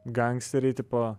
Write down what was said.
gangsteriai tipo